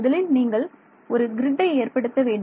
முதலில் நீங்கள் ஒரு கிரிட்டை ஏற்படுத்த வேண்டும்